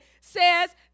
says